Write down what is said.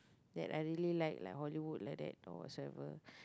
that I really like like Hollywood like that or whatever